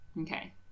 okay